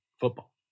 football